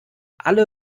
alle